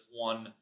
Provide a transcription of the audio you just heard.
one